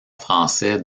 français